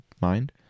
mind